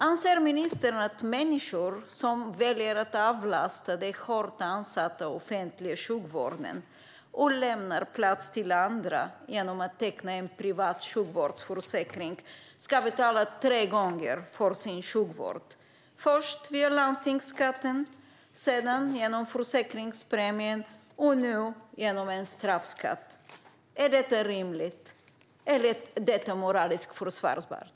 Anser ministern att människor som väljer att avlasta den hårt ansatta offentliga sjukvården och lämnar plats till andra genom att teckna en privat sjukvårdsförsäkring ska betala tre gånger för sin sjukvård, först via landstingsskatten, sedan genom försäkringspremien och nu genom en straffskatt? Är detta rimligt och moraliskt försvarbart?